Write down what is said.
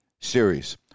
series